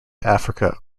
africa